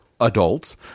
adults